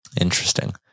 Interesting